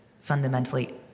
fundamentally